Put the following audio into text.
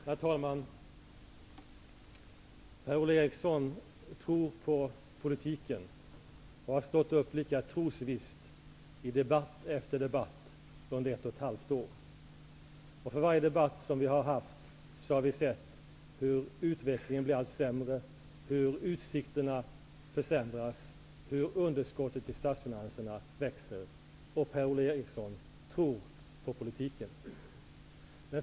Herr talman! Per-Ola Eriksson tror på politiken, och han har stått upp lika trosvisst i debatt efter debatt under ett och ett halvt år. För varje debatt som har förts har vi sett hur utvecklingen blir allt sämre, hur utsikterna försämras och hur underskottet i statsfinanserna växer, men Per-Ola Eriksson tror på politiken.